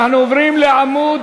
אנחנו עוברים לעמוד